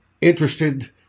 interested